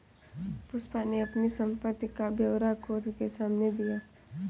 पुष्पा ने अपनी संपत्ति का ब्यौरा कोर्ट के सामने दिया